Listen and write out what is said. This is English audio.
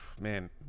man